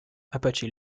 apache